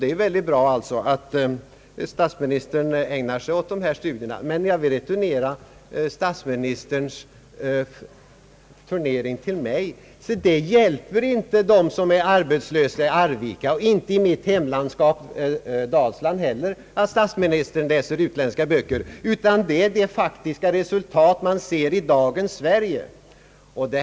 Det är ju mycket bra att statsministern ägnar sig åt dessa studier. Men jag vill returnera statsministerns turnering till mig: Det hjälper inte dem som är arbetslösa i Arvika och inte heller i mitt hemlandskap Dalsland att statsministern läser utländska böcker, utan vad som betyder något är de faktiska resultat man ser i dagens Sverige.